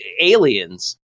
aliens